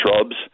shrubs